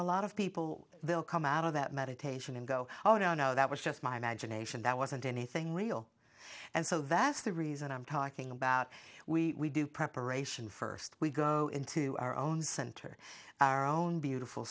a lot of people will come out of that meditation and go oh no no that was just my imagination that wasn't anything real and so that's the reason i'm talking about we do preparation first we go into our own center our own beautiful